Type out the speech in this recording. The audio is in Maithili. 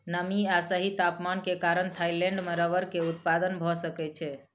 नमी आ सही तापमान के कारण थाईलैंड में रबड़ के उत्पादन भअ सकै छै